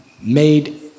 made